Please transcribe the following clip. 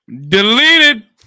deleted